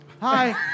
Hi